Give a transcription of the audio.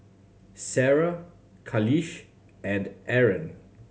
Sarah Khalish and Aaron